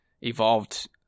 evolved